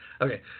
Okay